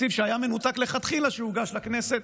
בתקציב שהיה מנותק לכתחילה כשהוגש לכנסת,